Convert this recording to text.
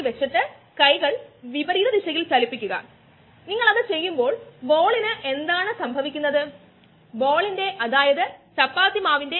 അതിനാൽ ഈ പ്രത്യേക പ്രഭാഷണത്തിൽ പ്രധാനമായും നമ്മൾ എൻസൈം കയ്നെറ്റിക്സ് പരിശോധിക്കും